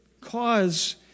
cause